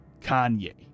Kanye